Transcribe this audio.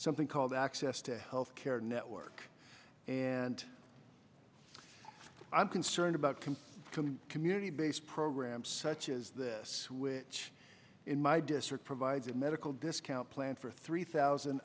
something called the access to health care network and i'm concerned about complete community based programs such as the switch in my district provides medical discount plan for three thousand